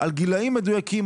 על גילאים מדויקים,